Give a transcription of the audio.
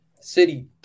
City